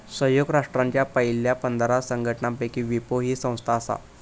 संयुक्त राष्ट्रांच्या पयल्या पंधरा संघटनांपैकी विपो ही संस्था आसा